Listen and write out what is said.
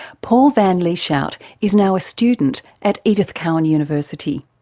paul van lieshout is now a student at edith cowan university,